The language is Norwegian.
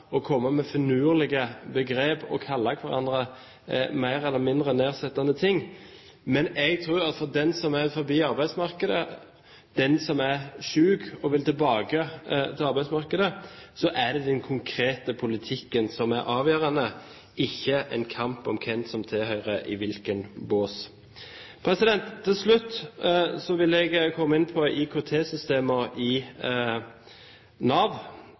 å komme med finurlige begrep og kalle hverandre mer eller mindre nedsettende ting, men jeg tror at for den som er utenfor arbeidsmarkedet, den som er syk og vil tilbake til arbeidsmarkedet, er det den konkrete politikken som er avgjørende, ikke en kamp om hvem som tilhører i hvilken bås. Til slutt vil jeg komme inn på IKT-systemet i Nav.